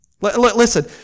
Listen